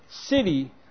city